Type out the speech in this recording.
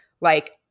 Like-